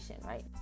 right